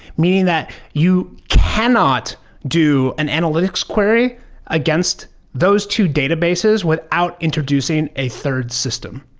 meaning that you cannot do an analytics query against those two databases without introducing a third system.